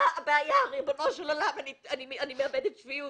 מה הבעיה ריבונו של עולם, אני מאבדת שפיות